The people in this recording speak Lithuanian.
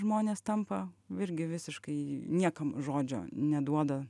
žmonės tampa irgi visiškai niekam žodžio neduoda